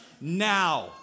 now